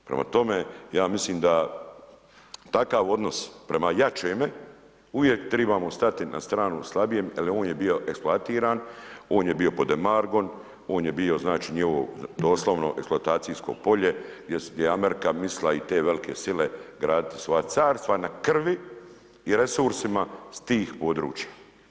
Prema tome, ja mislim da takav odnos prema jačemu uvijek trebamo stati na stranu slabijem jer on je bio eksploatiran, on je bio pod …/nerazumljivo/… on je bio znači njegovo doslovno eksploatacijsko polje gdje je Amerika mislila i te velike sile graditi svoja carstva na krvi i resursima s tih područja.